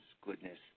goodness